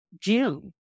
June